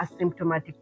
asymptomatic